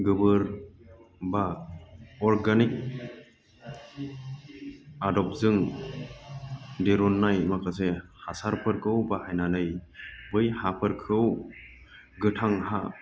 गोबोर बा अर्गेनिक आदबजों दिहुननाय माखासे हासारफोरखौ बाहायनानै बै हाफोरखौ गोथां हा